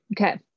Okay